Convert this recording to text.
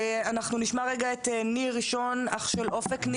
נשמע את אח של אופק.